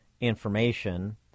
information